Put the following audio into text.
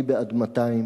מי בעד 200?